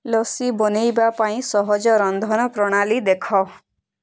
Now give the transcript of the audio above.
ଲସି ବନେଇବା ପାଇଁ ସହଜ ରନ୍ଧନ ପ୍ରଣାଳୀ ଦେଖ